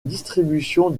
distribution